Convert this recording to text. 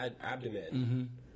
abdomen